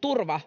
turva